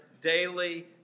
daily